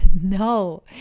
no